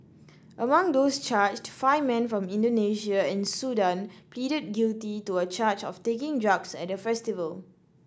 among those charged five men from Indonesia and Sudan pleaded guilty to a charge of taking drugs at the festival